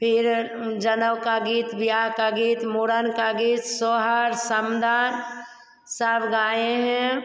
फिर जनौ का गीत बियाह का गीत मूड़न का गीत सोहर समधन सब गाए हैं